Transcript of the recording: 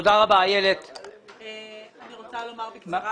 אני רוצה לומר בקצרה.